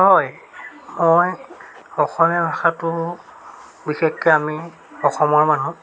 হয় মই অসমীয়া ভাষাটো বিশেষকৈ আমি অসমৰ মানুহ